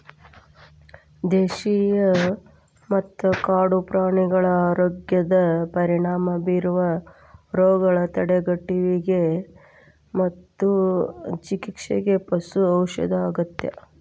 ದೇಶೇಯ ಮತ್ತ ಕಾಡು ಪ್ರಾಣಿಗಳ ಆರೋಗ್ಯದ ಪರಿಣಾಮ ಬೇರುವ ರೋಗಗಳ ತಡೆಗಟ್ಟುವಿಗೆ ಮತ್ತು ಚಿಕಿತ್ಸೆಗೆ ಪಶು ಔಷಧ ಅಗತ್ಯ